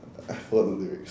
I I forgot the lyrics